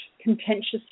contentious